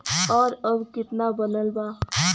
और अब कितना बनल बा?